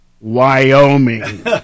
Wyoming